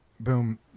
boom